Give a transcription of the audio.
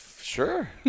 Sure